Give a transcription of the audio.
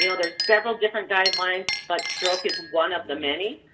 you know there's several different guidelines, but stroke is one of the many.